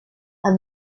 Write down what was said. and